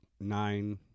nine